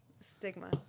Stigma